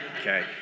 okay